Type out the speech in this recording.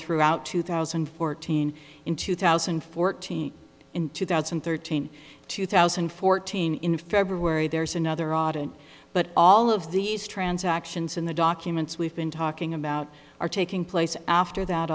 throughout two thousand and fourteen in two thousand and fourteen in two thousand and thirteen two thousand and fourteen in february there's another audit but all of these transactions in the documents we've been talking about are taking place after that